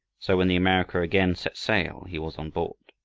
so when the america again set sail, he was on board.